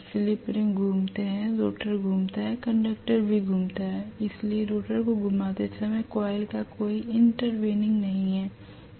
slip ring घूमते हैं rotor घूमता है कंडक्टर भी घूमता है इसलिए रोटर को घुमाते समय कॉइल का कोई इंटरवेनिंग नहीं है कोई समस्या नहीं है